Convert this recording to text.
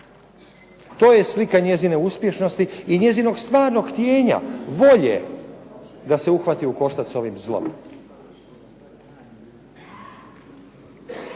To je slika njezine uspješnosti i njezinog stvarnog htijenja, volje da se uhvati u koštac sa ovim zlom.